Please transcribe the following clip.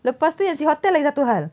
lepas tu yang si hotel lagi satu hal